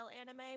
anime